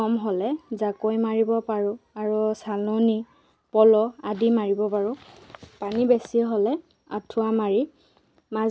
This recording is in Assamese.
এক দুই এজনে ব্য়ৱসায় কৰে তেওঁ তেখেতে মাছ মাছৰ ব্য়ৱসায় কৰে মাছৰ ব্য়ৱসায় কৰে